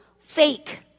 fake